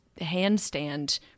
handstand